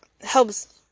helps